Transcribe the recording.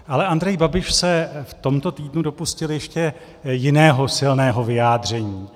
Ale Andrej Babiš se v tomto týdnu dopustil ještě jiného silného vyjádření.